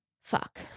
Fuck